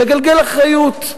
מגלגל אחריות,